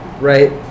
right